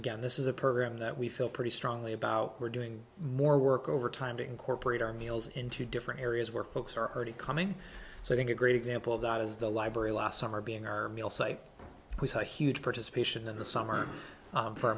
again this is a program that we feel pretty strongly about we're doing more work overtime to incorporate our meals into different areas where folks are already coming so i think a great example of that is the library last summer being our meal site we saw a huge participation in the summer